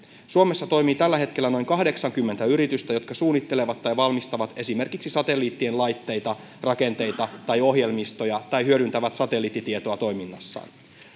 suomessa toimii tällä hetkellä noin kahdeksankymmentä yritystä jotka suunnittelevat tai valmistavat esimerkiksi satelliittien laitteita rakenteita tai ohjelmistoja tai hyödyntävät satelliittitietoa toiminnassaan